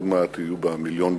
עוד מעט יהיו בה מיליון בני-אדם.